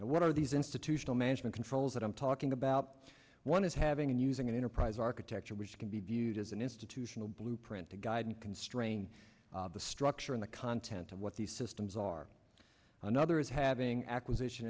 and what are these institutional management controls that i'm talking about one is having and using an enterprise architecture which can be viewed as an institutional blueprint to guide and constrain the structure in the content of what the systems are another is having acquisition